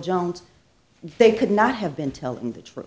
jones they could not have been telling the truth